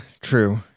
true